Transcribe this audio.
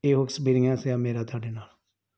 ਇਹੋ ਐਕਸਪੀਰੀਅੰਸ ਆ ਮੇਰਾ ਤੁਹਾਡੇ ਨਾਲ